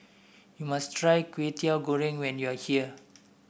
you must try Kwetiau Goreng when you are here